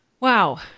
Wow